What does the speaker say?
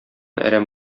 әрәм